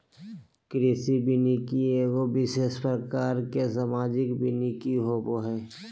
कृषि वानिकी एगो विशेष प्रकार के सामाजिक वानिकी होबो हइ